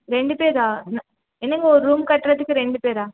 ரெண்டு பேரா என்னங்க ஒரு ரூம் கட்டுறதுக்கு ரெண்டு பேரா